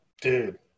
Dude